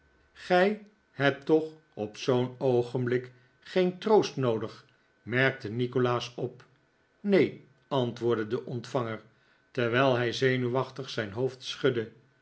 gij hebt toch op zoo'n oogenblik geen troost noodig merkte nikolaas op neen antwoordde de ontvanger terwijl hij zenuwachtig zijn hoofd schudde